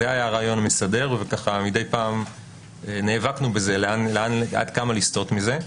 מדי פעם נאבקנו בזה עד כמה לסטות מזה.